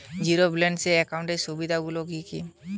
Zero balance একাউন্টের সুবিধা গুলি কি কি?